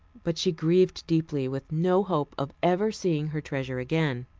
but she grieved deeply, with no hope of ever seeing her treasure again.